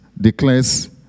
declares